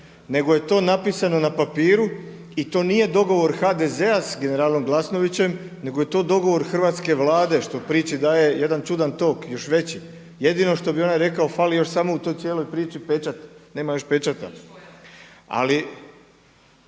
nego je to napisano na papiru i to nije dogovor HDZ-a s generalom Glasnovićem nego je to dogovor hrvatske Vlade što priči daje jedan čudan tok još veći. Jedino što bi onaj rekao fali još samo u toj cijeli priči pečat, nema još pečata. Ali